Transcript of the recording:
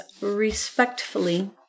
respectfully